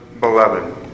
Beloved